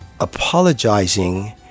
apologizing